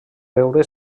veure